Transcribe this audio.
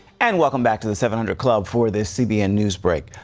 and welcome back to the seven hundred club for this cbn newsbreak.